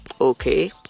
Okay